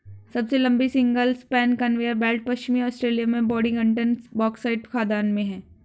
सबसे लंबी single span conveyor belt पश्चिमी ऑस्ट्रेलिया में बोडिंगटन बॉक्साइट खदान में है